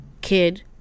kid